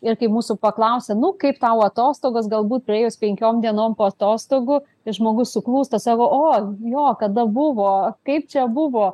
ir kai mūsų paklausia nu kaip tau atostogos galbūt praėjus penkiom dienom po atostogų žmogus suklūsta savo o jo kada buvo kaip čia buvo